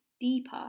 deeper